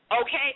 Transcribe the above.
Okay